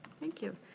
thank you.